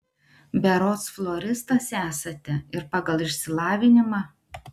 berods floristas esate ir pagal išsilavinimą